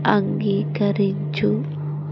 అంగీకరించు